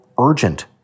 urgent